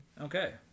Okay